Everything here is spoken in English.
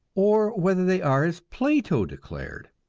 or whether they are, as plato declared,